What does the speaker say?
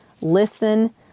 listen